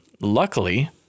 Luckily